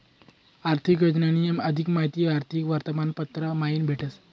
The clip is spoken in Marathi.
आर्थिक योजनानी अधिक माहिती आर्थिक वर्तमानपत्र मयीन भेटस